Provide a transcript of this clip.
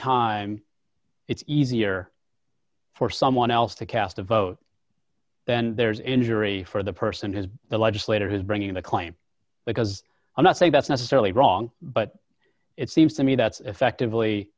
time it's easier for someone else to cast a vote then there's injury for the person who has the legislator who's bringing the claim because i'm not saying that's necessarily wrong but it seems to me that's effectively